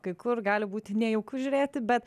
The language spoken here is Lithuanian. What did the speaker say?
kai kur gali būti nejauku žiūrėti bet